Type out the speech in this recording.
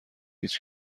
هیچ